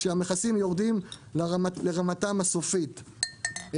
כשהמכסים יורדים לרמתם הסופית,